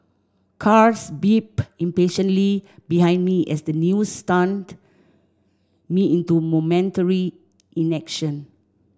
cars beeped impatiently behind me as the news stunned me into momentary inaction